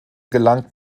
gelangt